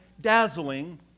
dazzling